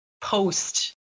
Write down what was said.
post